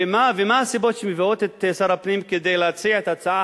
ומה הסיבות שמביאות את שר הפנים להציע את ההצעה